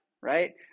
right